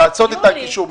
לעשות את הקישור.